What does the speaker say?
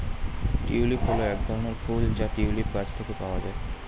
tulip হল এক ধরনের ফুল যা টিউলিপ গাছ থেকে পাওয়া যায়